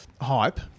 hype